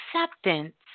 acceptance